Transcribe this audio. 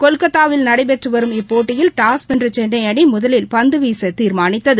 கொல்கத்தாவில் நடைபெற்று வரும் இப்போட்டியில் டாஸ் வென்ற சென்னை அணி முதலில் பந்து வீச தீர்மானித்தது